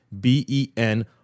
B-E-N